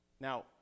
Now